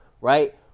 Right